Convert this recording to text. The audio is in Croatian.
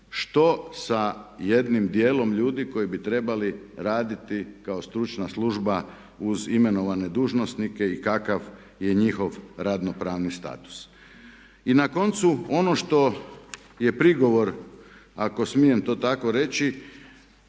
što sa jednim dijelom ljudi koji bi trebali raditi kao stručna služba uz imenovane dužnosnike i kakav je njihov radno pravni status. I na koncu ono što je prigovor ako smijem to tako reći